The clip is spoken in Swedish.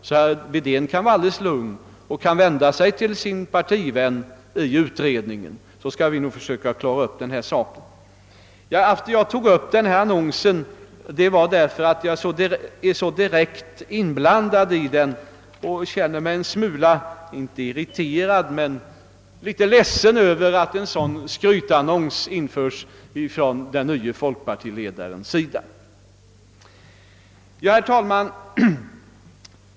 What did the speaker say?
Herr Wedén kan alltså vara alldeles lugn och kan vända sig till sin partivän i utredningen, så skall vi försöka klara upp saken. Att jag här tog upp annonsen berodde på att jag är så direkt anknuten till spörsmålet och känner mig en smula, inte irriterad men ledsen över att en sådan skrytannons införts av den nye folkpartiledaren. Herr talman!